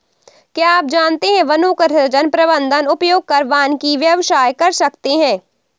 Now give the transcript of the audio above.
क्या आप जानते है वनों का सृजन, प्रबन्धन, उपयोग कर वानिकी व्यवसाय कर सकते है?